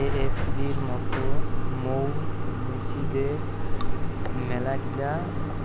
এ.এফ.বির মত মৌ মুচিদের মেলাগিলা